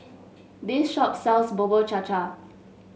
this shop sells Bubur Cha Cha